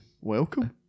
welcome